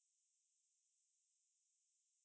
என்ன புத்தகத்தோட பேர் என்னா:enna puthagathoda per ennaa